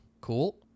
cool